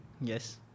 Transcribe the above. Yes